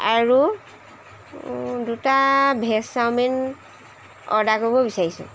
আৰু দুটা veg chowmein order কৰিব বিচাৰিছোঁ